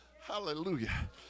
Hallelujah